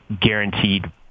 guaranteed